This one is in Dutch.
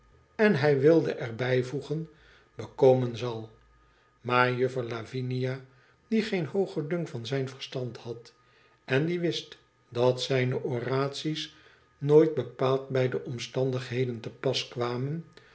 en hij wilde er bijvoegen bekomen zal maar juffer lavinia die geen hoogen dunk van zijn verstand had en die wist dat zijne oratie's nooit bepaald bij de omstandigheden te pas kwamen